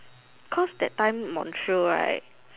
cause that time moon trail right